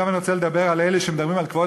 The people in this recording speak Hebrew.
עכשיו אני רוצה לדבר על אלה שמדברים על כבוד,